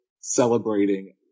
celebrating